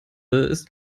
ist